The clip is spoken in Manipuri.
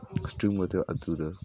ꯏꯁꯇ꯭ꯔꯤꯝ ꯋꯥꯇꯔ ꯑꯗꯨꯗ